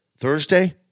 Thursday